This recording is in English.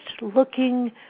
looking